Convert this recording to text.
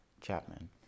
Chapman